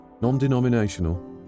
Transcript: non-denominational